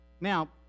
Now